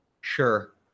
Sure